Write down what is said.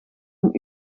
een